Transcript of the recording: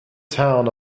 town